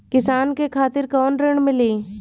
किसान के खातिर कौन ऋण मिली?